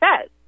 says